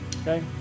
Okay